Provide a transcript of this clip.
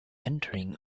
entering